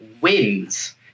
wins